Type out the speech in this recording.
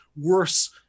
worse